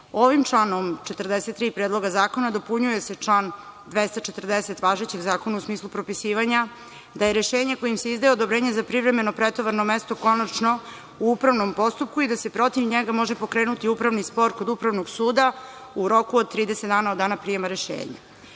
ovim članom 43. Predloga zakona dopunjuje se član 240. važećeg zakona u smislu propisivanja da je rešenje kojim se izdaje odobrenje za privremeno pretovarno mesto konačno u upravnom postupku i da se protiv njega može pokrenuti upravni spor kod upravnog suda u roku od 30 dana od dana prijema rešenja. Ovo